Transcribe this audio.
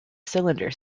cylinder